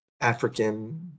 african